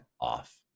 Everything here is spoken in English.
off